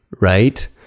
right